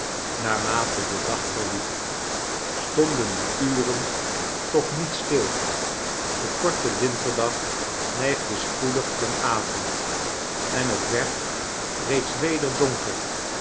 naarmate de dag verliep stonden de urentoch niet stil de korte winterdag neigde spoedig ten avond en het werd reeds weder donker